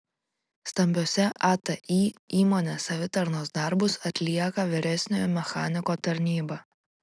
stambiose atį įmonės savitarnos darbus atlieka vyresniojo mechaniko tarnyba